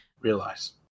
realize